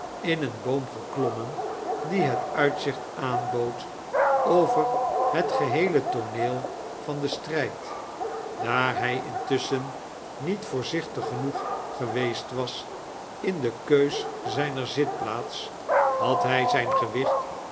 in een boom geklommen die het uitzicht aanbood over het geheele tooneel van den stryd daar hy intusschen niet voorzichtig genoeg geweest was in de keus zyner zitplaats had hy zijn gewicht